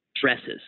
dresses